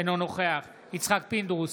אינו נוכח יצחק פינדרוס,